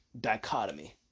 dichotomy